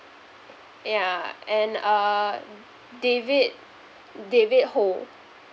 yeah and uh david david ho